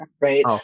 right